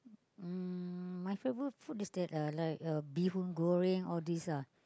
um my favorite food is that uh like bee-hoon-Goreng all these lah